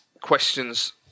questions